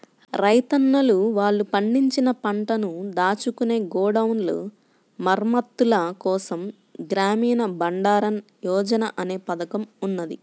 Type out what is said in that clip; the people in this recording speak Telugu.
రైతన్నలు వాళ్ళు పండించిన పంటను దాచుకునే గోడౌన్ల మరమ్మత్తుల కోసం గ్రామీణ బండారన్ యోజన అనే పథకం ఉన్నది